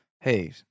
hey